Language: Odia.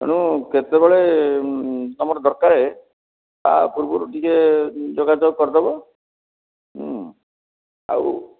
ତେଣୁ କେତେବେଳେ ତମର ଦରକାରେ ତା ପୂର୍ବରୁ ଟିକେ ଯୋଗାଯୋଗ କରିଦେବ ଆଉ